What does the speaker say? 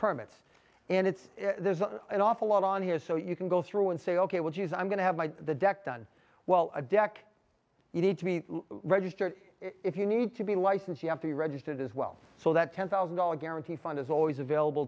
permits and it's there's an awful lot on here so you can go through and say ok well geez i'm going to have my the deck done while a deck you need to be registered if you need to be licensed you have to be registered as well so that ten thousand dollars guarantee fund is always available